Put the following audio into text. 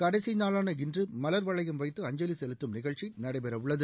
கடைசி இன்று மலர் வளையம் வைத்து அஞ்சலி செலுத்தம் நிகழ்ச்சி நடைபெறவுள்ளது